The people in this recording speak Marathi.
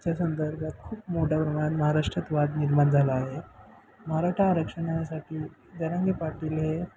संदर्भात खूप मोठ्या प्रमाणात महाराष्ट्रात वाद निर्माण झाला आहे मराठा आरक्षणासाठी जरांगे पाटील हे